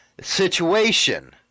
situation